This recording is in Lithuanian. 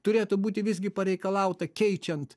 turėtų būti visgi pareikalauta keičiant